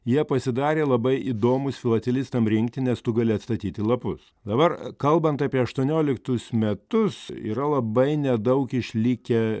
jie pasidarė labai įdomūs filatelistam rinkti nes tu gali atstatyti lapus dabar kalbant apie aštuonioliktus metus yra labai nedaug išlikę